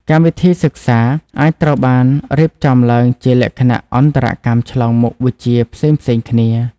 កម្មវិធីសិក្សាអាចត្រូវបានរៀបចំឡើងជាលក្ខណៈអន្តរកម្មឆ្លងមុខវិជ្ជាផ្សេងៗគ្នា។